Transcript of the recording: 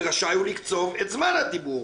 ורשאי הוא לקצוב את זמן הדיבור,